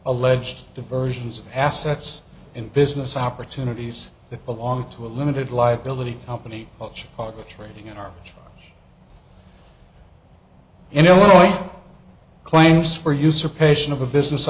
alleged diversions assets and business opportunities that belong to a limited liability company of each other trading in our in illinois claims for usurpation of a business